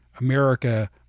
America